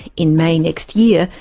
in may next year,